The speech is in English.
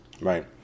Right